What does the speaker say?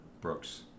Brooks